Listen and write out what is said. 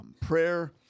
Prayer